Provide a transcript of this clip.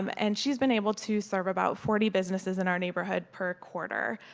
um and she has been able to serve about forty businesses in our neighborhood per quarter.